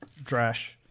Drash